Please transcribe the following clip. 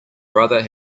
brother